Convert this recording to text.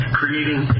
creating